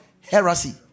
Heresy